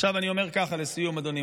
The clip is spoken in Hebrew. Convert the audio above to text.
עכשיו אני אומר ככה לסיום, אדוני.